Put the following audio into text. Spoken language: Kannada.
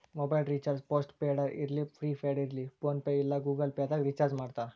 ಮೊಬೈಲ್ ರಿಚಾರ್ಜ್ ಪೋಸ್ಟ್ ಪೇಡರ ಇರ್ಲಿ ಪ್ರಿಪೇಯ್ಡ್ ಇರ್ಲಿ ಫೋನ್ಪೇ ಇಲ್ಲಾ ಗೂಗಲ್ ಪೇದಾಗ್ ರಿಚಾರ್ಜ್ಮಾಡ್ತಾರ